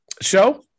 show